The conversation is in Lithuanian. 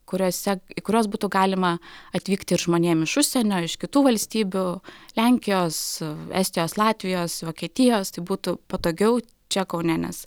kuriuose į kuriuos būtų galima atvykti ir žmonėm iš užsienio iš kitų valstybių lenkijos estijos latvijos vokietijos tai būtų patogiau čia kaune nes